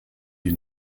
die